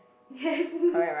yes